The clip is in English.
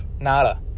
Nada